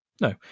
no